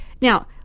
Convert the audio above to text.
Now